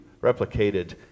replicated